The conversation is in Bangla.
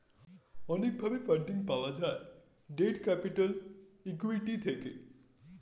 অনেক ভাবে ফান্ডিং পাওয়া যায় ডেট ক্যাপিটাল, ইক্যুইটি থেকে